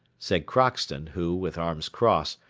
said crockston, who, with arms crossed,